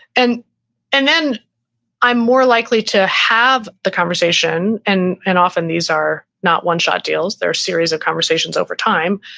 and and then i'm more likely to have the conversation. and and often these are not one shot deals. there are series of conversations over time,